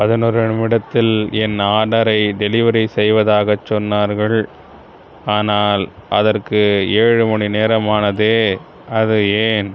பதினோரு நிமிடத்தில் என் ஆர்டரை டெலிவரி செய்வதாக சொன்னார்கள் ஆனால் அதற்கு ஏழு மணிநேரமானதே அது ஏன்